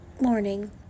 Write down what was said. Morning